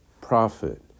prophet